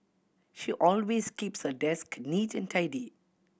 she always keeps her desk neat and tidy